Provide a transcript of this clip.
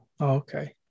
okay